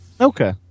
Okay